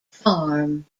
farm